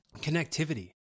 connectivity